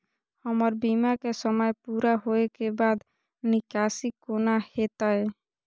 हमर बीमा के समय पुरा होय के बाद निकासी कोना हेतै?